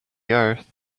earth